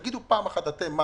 תגידו פעם אחת אתם.